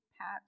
Pat